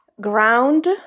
Ground